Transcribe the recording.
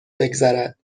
بگذرد